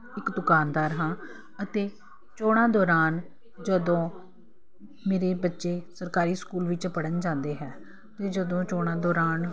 ਇੱਕ ਦੁਕਾਨਦਾਰ ਹਾਂ ਅਤੇ ਚੋਣਾਂ ਦੌਰਾਨ ਜਦੋਂ ਮੇਰੇ ਬੱਚੇ ਸਰਕਾਰੀ ਸਕੂਲ ਵਿੱਚ ਪੜ੍ਹਨ ਜਾਂਦੇ ਹੈ ਤੇ ਜਦੋਂ ਚੋਣਾਂ ਦੌਰਾਨ